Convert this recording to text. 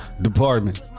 Department